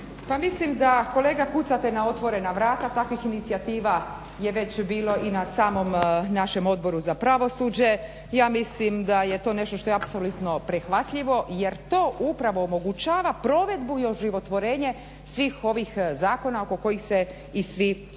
mislim da kolega kucate na otvorena vrata, takvih inicijativa je već bilo i na samom našem Odboru za pravosuđe. Ja mislim da je to nešto što je apsolutno prihvatljivo, jer to upravo omogućava provedbu i oživotvorenje svih ovih zakona oko kojih se i svi slažemo.